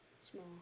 small